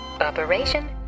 operation